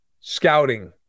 scouting